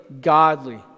godly